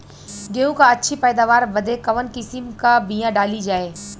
गेहूँ क अच्छी पैदावार बदे कवन किसीम क बिया डाली जाये?